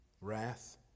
wrath